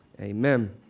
Amen